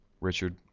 Richard